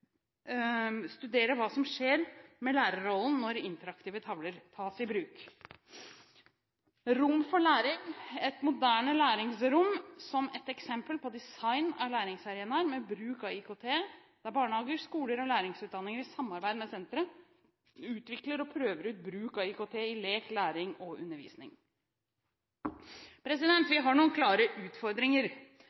studerer hva som skjer med lærerrollen når interaktive tavler tas i bruk. Rom for læring er et moderne læringsrom som et eksempel på design av læringsarenaer med bruk av IKT, der barnehager, skoler og lærerutdanninger i samarbeid med senteret utvikler og prøver ut bruk av IKT i lek, læring og undervisning. Vi har noen klare utfordringer.